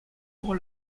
pour